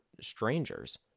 strangers